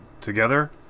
together